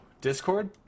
Discord